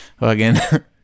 again